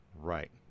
right